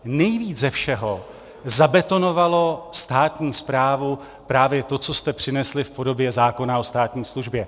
Nejvíc ze všeho zabetonovalo státní správu právě to, co jste přinesli v podobě zákona o státní službě.